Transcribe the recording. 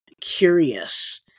Curious